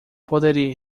poderia